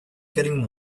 getting